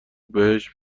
بهشت